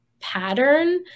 pattern